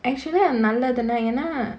actually நல்லதுனா ஏனா:nallathunaa yaenaa